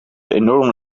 enorm